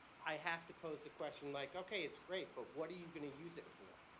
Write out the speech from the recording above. i have to pose the question like, ok. it's great, but what are you going to use it for?